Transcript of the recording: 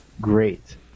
Great